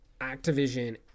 Activision